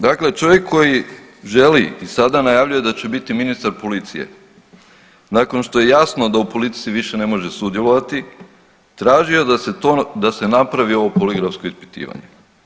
Dakle, čovjek koji želi i sada najavljuje da će biti ministar policije, nakon što je jasno da u policiji više ne može sudjelovati tražio da se napravi ovo poligrafsko ispitivanje.